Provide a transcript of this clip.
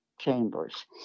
chambers